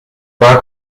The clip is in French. pas